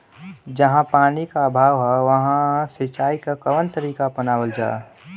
जहाँ पानी क अभाव ह वहां सिंचाई क कवन तरीका अपनावल जा?